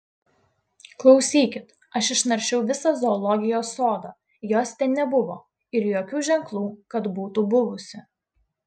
klausykit aš išnaršiau visą zoologijos sodą jos ten nebuvo ir jokių ženklų kad būtų buvusi